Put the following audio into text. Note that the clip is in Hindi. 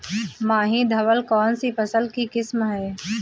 माही धवल कौनसी फसल की किस्म है?